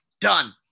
done